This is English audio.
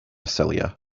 celia